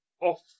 off